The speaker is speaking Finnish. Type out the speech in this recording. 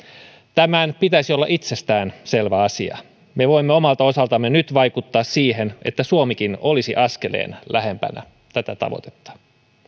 tämän pitäisi olla itsestäänselvä asia me voimme omalta osaltamme nyt vaikuttaa siihen että suomikin olisi askeleen lähempänä tätä tavoitetta